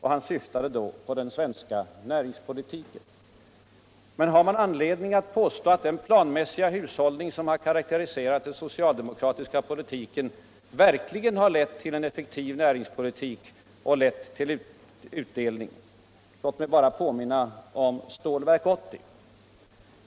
Han syftade då på den svenska näringspolitiken. Men har man anledning att påstå att den planmässiga hushållning som har karakteriserat den socialdemokratiska politiken verkligen har lett till en effektiv näringspolituk? Lår mig bara påminna om Stålverk 80.